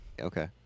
okay